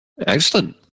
Excellent